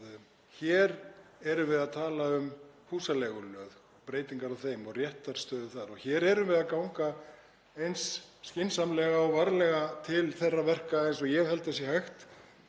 við erum hér að tala um húsaleigulög, um breytingar á þeim, og réttarstöðu þar. Við erum hér að ganga eins skynsamlega og varlega til þeirra verka og ég held að hægt